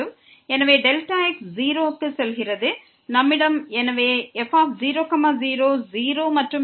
எனவே Δx 0 க்கு செல்கிறது மற்றும் நம்மிடம் fΔx0 f00Δx உள்ளது